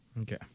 Okay